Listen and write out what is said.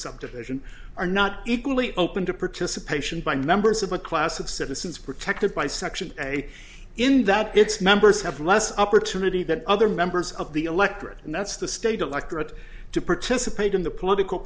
subdivision are not equally open to participation by members of a class of citizens protected by section eight in that its members have less opportunity that other members of the electorate and that's the state electorate to participate in the political